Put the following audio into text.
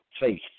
faith